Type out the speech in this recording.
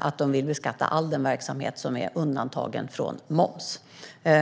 att de vill beskatta all den verksamhet som är undantagen från moms.